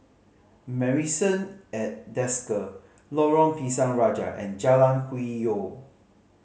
Marrison at Desker Lorong Pisang Raja and Jalan Hwi Yoh